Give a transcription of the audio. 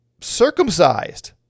circumcised